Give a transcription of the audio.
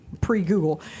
pre-google